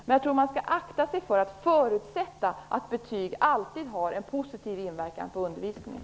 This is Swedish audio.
Men jag tror att man skall akta sig för att förutsätta att betyg alltid har en positiv inverkan på undervisningen.